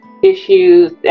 issues